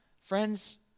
friends